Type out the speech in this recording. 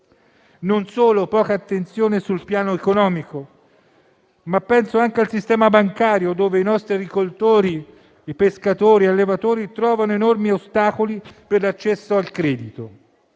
Non solo c'è poca attenzione sul piano economico, ma penso anche al sistema bancario, dove i nostri agricoltori, pescatori e allevatori trovano enormi ostacoli per l'accesso al credito.